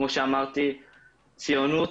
כמו שאמרתי, ציונות,